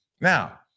Now